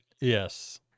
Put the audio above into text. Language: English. Yes